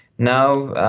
now,